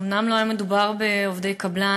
אומנם לא היה מדובר בעובדי קבלן,